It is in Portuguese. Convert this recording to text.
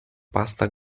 pasta